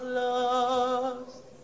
lost